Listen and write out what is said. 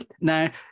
Now